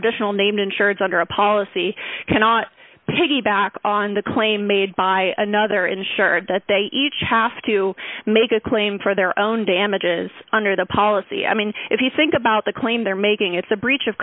additional name insurance under a policy cannot piggyback on the claim made by another insured that they each have to make a claim for their own damages under the policy i mean if you think about the claim they're making it's a breach of